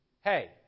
hey